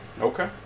Okay